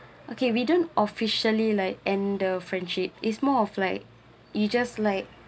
okay we don't officially like end the friendship is more of like you just like